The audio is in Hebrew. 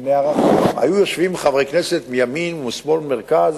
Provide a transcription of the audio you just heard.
היו יושבים חברי כנסת מימין, משמאל ומהמרכז,